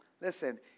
Listen